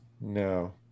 no